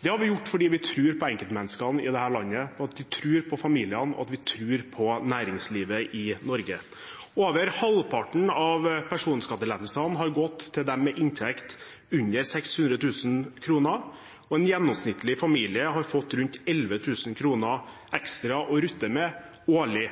Det har vi gjort fordi vi tror på enkeltmenneskene i dette landet, fordi vi tror på familiene, og fordi vi tror på næringslivet i Norge. Over halvparten av personskattelettelsene har gått til dem med inntekt på under 600 000 kr, og en gjennomsnittlig familie har fått rundt 11 000 kr ekstra å rutte med årlig.